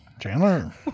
Chandler